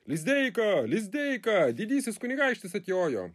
lizdeika lizdeika didysis kunigaikštis atjojo